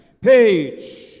page